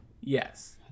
Yes